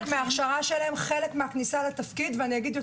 זה חלק מההכשרה שלהם, חלק מהכניסה לתפקיד.